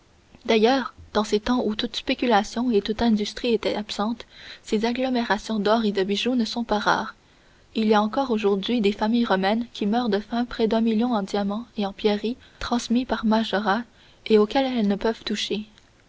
d'ailleurs dans ces temps où toute spéculation et toute industrie étaient absentes ces agglomérations d'or et de bijoux ne sont pas rares il y a encore aujourd'hui des familles romaines qui meurent de faim près d'un million en diamants et en pierreries transmis par majorat et auquel elles ne peuvent toucher